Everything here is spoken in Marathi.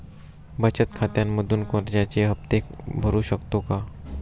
बचत खात्यामधून कर्जाचे हफ्ते भरू शकतो का?